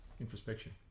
introspection